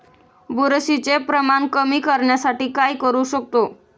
बुरशीचे प्रमाण कमी करण्यासाठी काय करू शकतो?